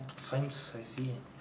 science I see